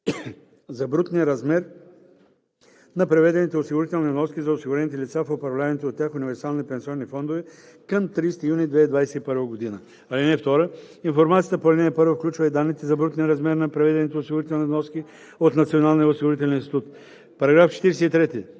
за брутния размер на преведените осигурителни вноски за осигурените лица в управляваните от тях универсални пенсионни фондове към 30 юни 2021 г. (2) Информацията по ал. 1 включва и данните за брутния размер на преведените осигурителни вноски от Националния осигурителен институт.“ По § 43